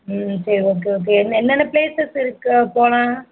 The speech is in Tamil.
ம் சரி ஓகே ஓகே என்னென்ன பிளேஸ்சஸ் இருக்கு போனா